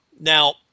Now